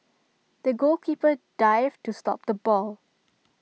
the goalkeeper dived to stop the ball